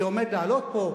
שעומד לעלות פה,